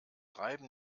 reiben